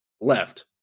left